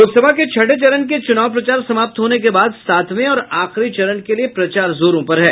लोकसभा के छठे चरण के चुनाव प्रचार समाप्त होने के बाद सातवें और आखिरी चरण के लिये प्रचार जोरों पर है